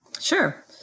Sure